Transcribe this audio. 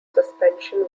suspension